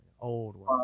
Old